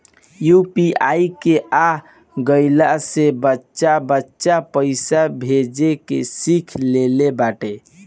UPI के आ गईला से बच्चा बच्चा पईसा भेजे के सिख लेले बाटे